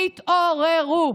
תתעוררו.